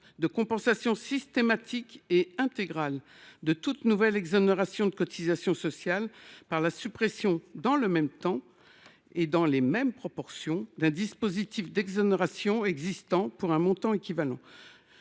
de compensation systématique et intégrale de toute nouvelle exonération de cotisations sociales, par la suppression, dans le même temps et dans les mêmes proportions, d’un dispositif d’exonération existant pour un montant équivalent.